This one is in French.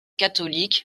catholique